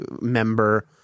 member